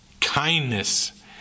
kindness